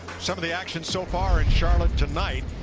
some of the action so far in charlotte tonight.